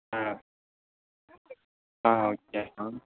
ஆ ஆ okay ma'am